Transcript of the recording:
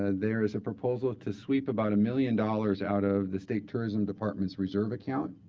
ah there is a proposal to sweep about a million dollars out of the state tourism department's reserve account.